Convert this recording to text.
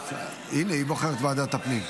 הינה, היא בוחרת ועדת הפנים.